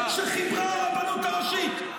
שחיברה הרבנות הראשית?